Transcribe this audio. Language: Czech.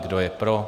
Kdo je pro?